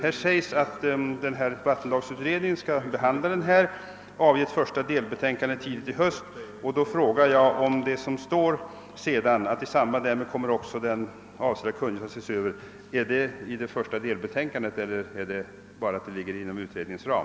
Det sägs i svaret att vattenlagsutredningen skall behandla reglerna och avge ett första delbetänkande tidigt i höst. Det står sedan att i samband därmed kungörelsen kommer att ses över — gäller detta det första delbetänkandet, eller menas det bara att uppgiften ligger inom utredningens ram?